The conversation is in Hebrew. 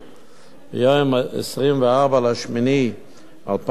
ביום 24 באוגוסט 2009,